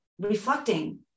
reflecting